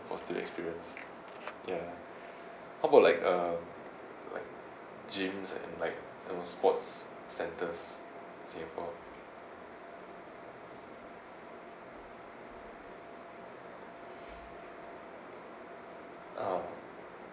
positive experience ya how about like uh like gyms and like those sport centers in singapore oh